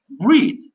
breathe